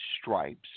stripes